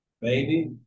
baby